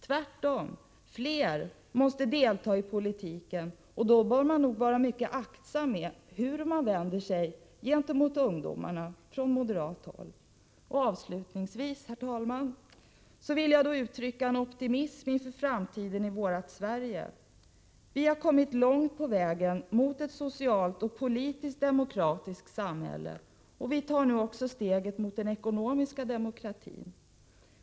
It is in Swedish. Tvärtom, fler måste delta i politiken. Vill man det, bör man nog från moderat håll vara aktsam med hur man vänder sig till ungdomarna. Avslutningsvis, herr talman, vill jag uttrycka en optimism inför framtiden i vårt Sverige. Vi har kommit långt på vägen mot ett socialt och politiskt demokratiskt samhälle. Vi tar nu också steget mot den ekonomiska demokratin.